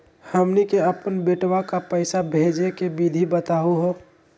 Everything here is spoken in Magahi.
हमनी के अपन बेटवा क पैसवा भेजै के विधि बताहु हो?